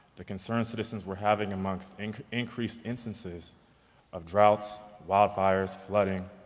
the concerns citizens were having amongst increased instances of droughts, wildfires, flooding,